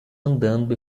andando